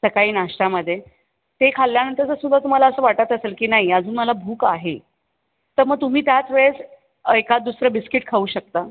सकाळी नाश्त्यामध्ये ते खाल्ल्यानंतर जर सुद्धा तुम्हाला असं वाटत असेल की नाही अजून मला भूक आहे तर मग तुम्ही त्याचवेळेस एखाद दुसरं बिस्किट खाऊ शकता